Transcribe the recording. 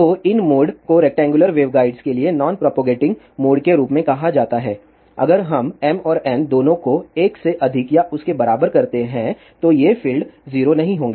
तो इन मोड को रेक्टैंगुलर वेवगाइड्स के लिए नॉन प्रोपगेटिंग मोड के रूप में कहा जाता है अगर हम m और n दोनों को 1 से अधिक या उसके बराबर करते हैं तो ये फील्ड 0 नहीं होंगे